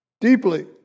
deeply